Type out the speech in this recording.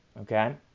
Okay